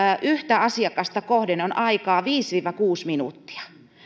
yhtä asiakasta kohden on aikaa viisi viiva kuusi minuuttia